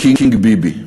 "קינג ביבי",